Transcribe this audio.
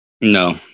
No